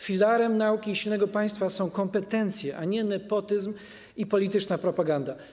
Filarem nauki i silnego państwa są kompetencje, a nie nepotyzm i polityczna propaganda.